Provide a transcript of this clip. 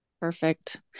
Perfect